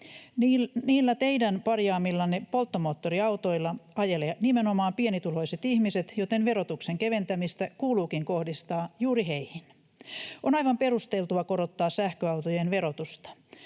Niillä teidän parjaamillanne polttomoottoriautoilla ajelevat nimenomaan pienituloiset ihmiset, joten verotuksen keventämistä kuuluukin kohdistaa juuri heihin. On aivan perusteltua korottaa sähköautojen verotusta.